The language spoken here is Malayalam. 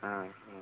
ആ ആ